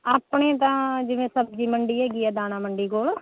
ਆਪਣੇ ਤਾਂ ਜਿਵੇਂ ਸਬਜ਼ੀ ਮੰਡੀ ਹੈਗੀ ਆ ਦਾਣਾ ਮੰਡੀ ਕੋਲ